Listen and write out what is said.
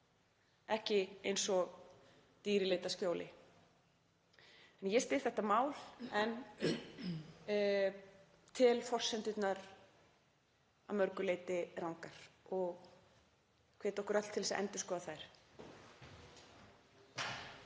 ekki eins og dýr í leit að skjóli. Ég styð þetta mál en tel forsendurnar að mörgu leyti rangar og hvet okkur öll til að endurskoða þær.